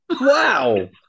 Wow